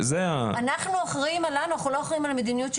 אתם לא יכולים לזרוק אותם